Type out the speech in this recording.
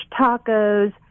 tacos